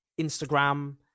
Instagram